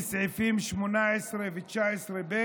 לפי סעיפים 18 ו-19(ב)